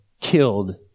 killed